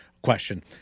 question